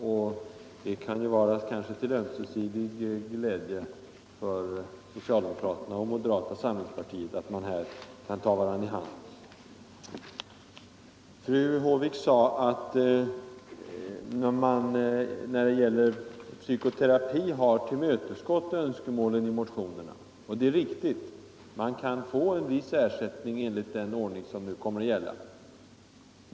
Och det kanske kan vara till ömsesidig glädje för socialdemokrater och moderater att man här kan ta varandra i hand. Fru Håvik sade att utskottet när det gäller psykoterapi har tillmötesgått önskemålen i motionerna. Det är riktigt; man kan få en viss ersättning enligt den ordning som nu kommer att gälla.